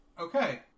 okay